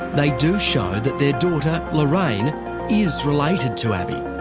they do show that their daughter lorraine is related to abii.